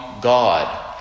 God